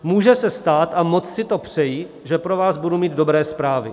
Může se stát a moc si to přeji že pro vás budu mít dobré zprávy.